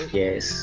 yes